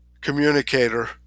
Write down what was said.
communicator